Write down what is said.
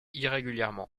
irrégulièrement